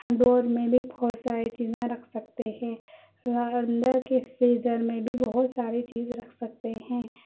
میں بھی بہت ساری چیزاں رکھ سکتے ہے اور اندر کے فریزر میں بھی بہت ساری چیز رکھ سکتے ہیں